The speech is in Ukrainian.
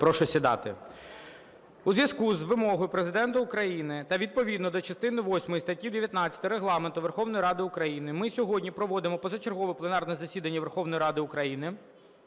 Прошу сідати. У зв'язку з вимогою Президента України та відповідно до частини восьмої статті 19 Регламенту Верховної Ради України ми сьогодні проводимо позачергове пленарне засідання Верховної Ради України.